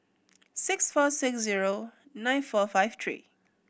six four six zero nine four five tree